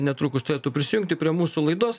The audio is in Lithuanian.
netrukus turėtų prisijungti prie mūsų laidos